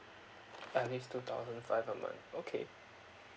at least two thousand five a month okay